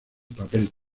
papel